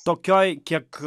tokioj kiek